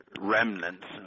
remnants